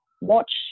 watch